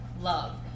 Love